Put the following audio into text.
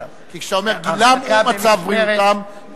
כשאתה אומר גילם ומצב בריאותם,